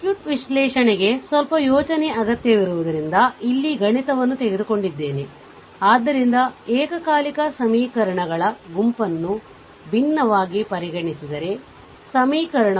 circuit ವಿಶ್ಲೇಷಣೆಗೆ ಸ್ವಲ್ಪ ಯೋಚನೆ ಅಗತ್ಯವಿರುವುದರಿಂದ ಇಲ್ಲಿ ಗಣಿತವನ್ನು ತೆಗೆದುಕೊಂಡಿದ್ದೇನೆ ಆದ್ದರಿಂದ ಏಕಕಾಲಿಕ ಸಮೀಕರಣಗಳ ಗುಂಪನ್ನು ಭಿನ್ನವಾಗಿ ಪರಿಗಣಿಸಿದರೆ ಸಮೀಕರಣವು a 1 1 x 1